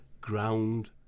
Ground